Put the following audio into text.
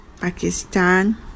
Pakistan